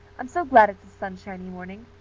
i'm so glad it's a sunshiny morning.